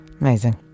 amazing